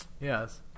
yes